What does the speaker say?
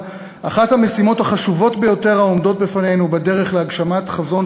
אחת המשימות החשובות ביותר העומדות בפנינו בדרך להגשמת חזון